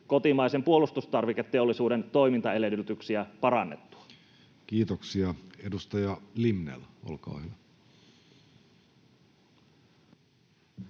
kotimaisen puolustustarviketeollisuuden toimintaedellytyksiä parannettua? Kiitoksia. — Edustaja Limnell, olkaa hyvä.